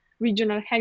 Regional